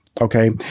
okay